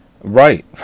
Right